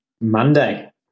Monday